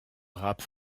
rap